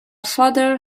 father